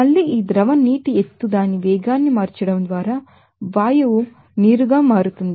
మళ్లీ ఈ liquid water height దాని వేగాన్ని మార్చడం ద్వారా వాయువు నీరుగా మారుతుంది